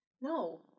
no